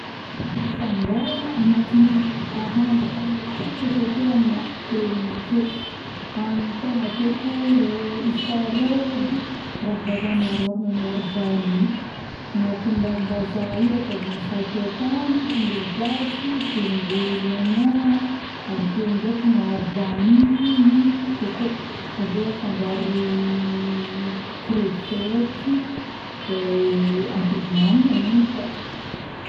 Fangaro agnaty nahandro tegna tiako akeke eo amina enigna ake agniny tegna teko iz'ka rô edy, ravim-bazaha miaro ôragna miaro vanille, agnaty ravim-bazaha igny ataovagna saikaitagny, tongolo gasy, tongolo oignion avekeo ndraiky miaro vanille.yy, coco, aveo afangaro crevette ataovagna megnaka